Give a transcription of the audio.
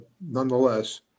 nonetheless